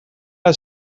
bat